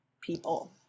people